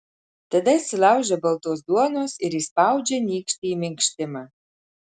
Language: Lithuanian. tada atsilaužia baltos duonos ir įspaudžia nykštį į minkštimą